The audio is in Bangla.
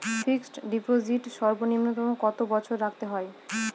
ফিক্সড ডিপোজিট সর্বনিম্ন কত বছর রাখতে হয়?